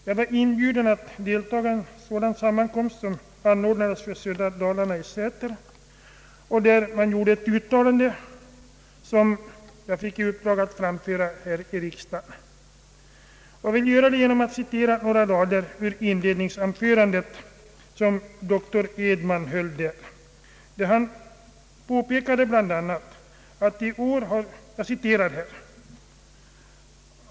Jag var inbjuden att deltaga i en sådan sammankomst, som anordnades för södra Dalarna i Säter. Där gjordes ett uttalande, som jag fick i uppdrag att framföra här i kammaren. Jag vill göra det genom att citera några rader ur ett tidningsreferat av det inledningsanförande som där hölls av dr Edman.